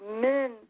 men